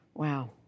Wow